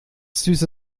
süße